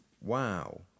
Wow